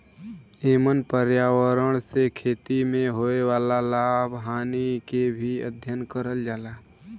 एमन पर्यावरण से खेती में होए वाला लाभ हानि के भी अध्ययन करल जाला